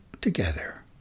together